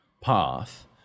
path